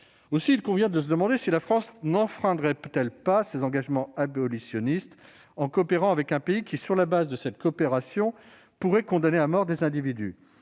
relatives aux stupéfiants. La France n'enfreindrait-elle pas ses engagements abolitionnistes en coopérant avec un pays qui, sur la base de cette coopération, pourrait condamner des individus